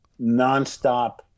nonstop